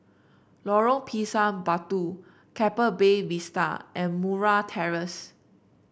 Lorong Pisang Batu Keppel Bay Vista and Murray Terrace